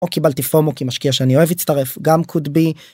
או קיבלתי פומו כי משקיע שאני אוהב להצטרף, גם קוד בי.